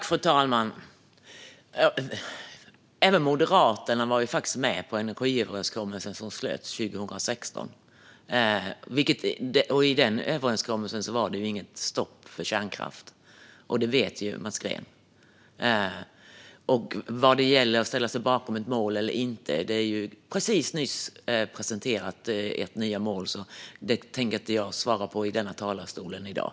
Fru talman! Även Moderaterna var med på den energiöverenskommelse som slöts 2016. I den överenskommelsen var det inget stopp för kärnkraft, och det vet Mats Green. Vad gäller att ställa sig bakom ett mål eller inte har ert mål precis presenterats, så jag tänker inte svara på det här i talarstolen i dag.